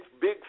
big